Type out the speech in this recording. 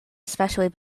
especially